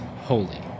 holy